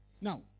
Now